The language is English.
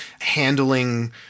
handling